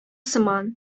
сыман